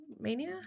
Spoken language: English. Mania